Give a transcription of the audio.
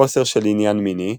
חוסר של עניין מיני,